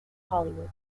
hollywood